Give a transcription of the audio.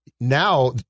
now